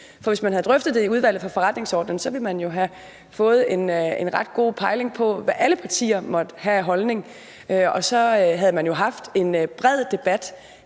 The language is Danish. hvis man havde drøftet det i Udvalget for Forretningsordenen, ville man jo have fået en ret god pejling på, hvad alle partier måtte have af holdning, og så havde man jo haft en bred debat